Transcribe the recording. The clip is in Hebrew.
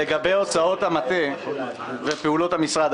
לגבי הוצאות המטה ופעולות המשרד,